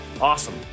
Awesome